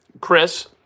Chris